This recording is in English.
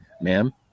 ma'am